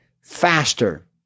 faster